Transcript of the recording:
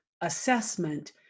assessment